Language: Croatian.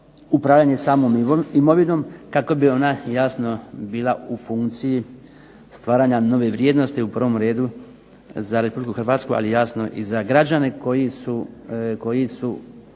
upravljanje samom imovinom kako bi ona jasno bila u funkciji stvaranja nove vrijednosti, u prvom redu za RH, ali jasno i za građane koji su